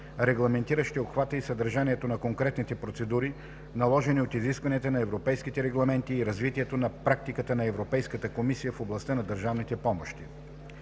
регламентиращи обхвата и съдържанието на конкретните процедури, наложени от изискванията на европейските регламенти и развитието на практиката на Европейската комисия в областта на държавните помощи.